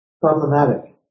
problematic